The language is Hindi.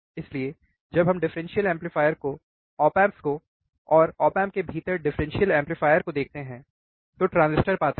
इसलिएजब हम डिफरेंशियल एम्पलीफायर ऑप एम्प को और ऑप एम्प के भीतर डिफरेंशियल एम्पलीफायर को देखते हैं तो ट्रांजिस्टर पाते हैं